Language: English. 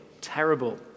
Terrible